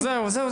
לא, זהו.